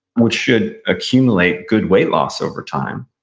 which should accumulate good weight loss over time.